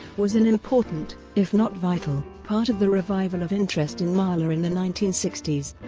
was an important, if not vital, part of the revival of interest in mahler in the nineteen sixty s,